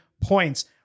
points